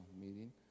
meeting